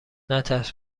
نترس